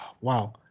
Wow